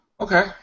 Okay